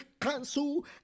cancel